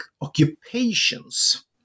occupations